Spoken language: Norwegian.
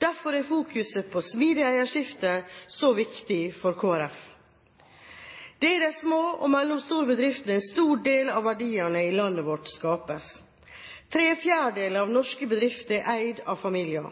Derfor er fokuset på smidig eierskifte så viktig for Kristelig Folkeparti. Det er i de små og mellomstore bedriftene en stor del av verdiene i landet vårt skapes. Tre fjerdedeler av norske bedrifter er eid av familier.